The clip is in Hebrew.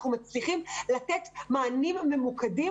אנחנו מצליחים לתת מענים ממוקדים,